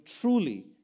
truly